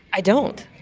i don't.